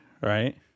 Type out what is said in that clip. right